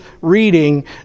reading